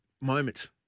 moment